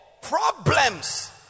Problems